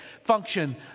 function